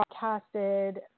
broadcasted